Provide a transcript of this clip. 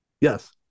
Yes